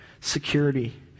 security